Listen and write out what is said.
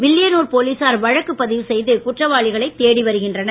வில்லியனூர் போலீசார் வழக்கு பதிவு செய்து குற்றவாளிகளைத் தேடி வருகின்றனர்